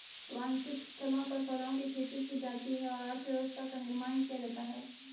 वांछित स्थलों पर फलों की खेती की जाती है और अर्थव्यवस्था का निर्माण किया जाता है